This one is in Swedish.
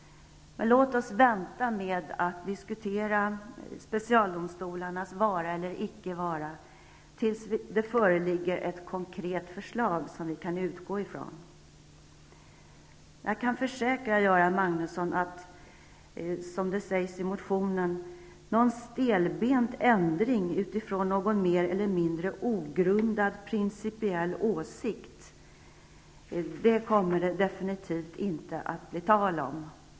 Men låt oss vänta med att diskutera specialdomstolarnas vara eller icke vara tills det finns ett konkret förslag att utgå från. Jag kan försäkra, Göran Magnusson, att -- som det sägs i motionen -- någon stelbent ändring utifrån någon mer eller mindre ogrundad principiell åsikt kommer det definitivt inte att bli tal om.